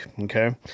okay